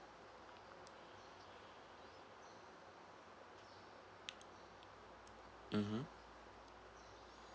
mmhmm